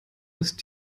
ist